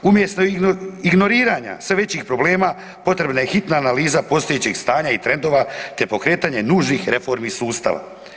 Umjesto ignoriranja sve većih problema potrebna je hitna analiza postojećeg stanja i trendova, te pokretanje nužnih reformi sustava.